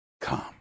Come